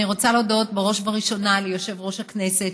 אני רוצה להודות בראש ובראשונה ליושב-ראש הכנסת,